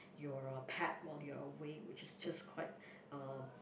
your pet while you are away which is just quite um